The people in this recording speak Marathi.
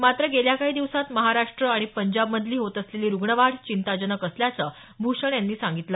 मात्र गेल्या काही दिवसात महाराष्ट्र आणि पंजाबमधली होत असलेली रुग्ण वाढ चिंताजनक असल्याचं भूषण यांनी सांगितलं